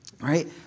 Right